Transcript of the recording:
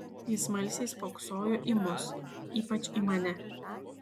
ji smalsiai spoksojo į mus ypač į mane